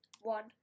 one